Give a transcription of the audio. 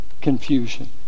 confusion